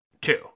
Two